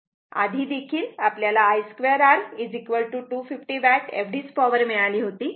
आधी देखील आपल्याला I 2 R 250 वॅट एवढीच पॉवर मिळाली होती